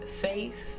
faith